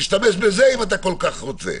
שישתמשו בזה אם אתם כל כך רוצים,